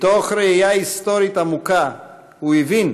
מתוך ראייה היסטורית עמוקה הוא הבין